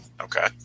Okay